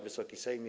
Wysoki Sejmie!